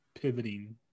pivoting